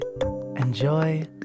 enjoy